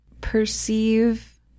perceive